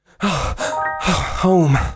Home